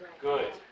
Good